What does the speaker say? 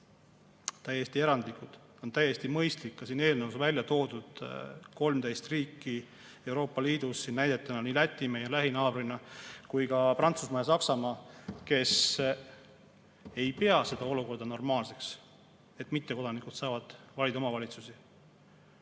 täiesti erandlikud, aga see on täiesti mõistlik. Ka siin eelnõus on välja toodud 13 riiki Euroopa Liidus, siin on näidetena nii Läti meie lähinaabrina kui ka Prantsusmaa ja Saksamaa, kes ei pea seda olukorda normaalseks, et mittekodanikud saavad valida omavalitsusi.